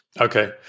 Okay